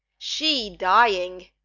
she dying,